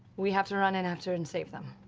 we have to run in after and save them.